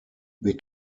wir